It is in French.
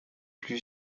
plus